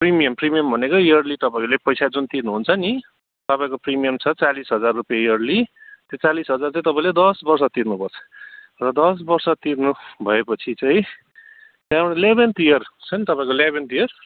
premium premium भनेकै yearly तपाईँले पैसा जुन तिर्नुहुन्छ नि तपाईँको प्रिमियम छ चालिस हजार रुपियाँ इयर्ली त्यो चालिस हजार चाहिँ तपाईँले दस वर्ष तिर्नुपर्छ र दस वर्ष तिर्नु भएपछि चाहिँ त्यहाँबाट इलेभेन्थ इयर छ नि तपाईँको इलेभेन्थ इयर